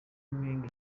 impinga